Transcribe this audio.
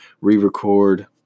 re-record